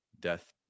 death